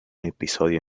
episodio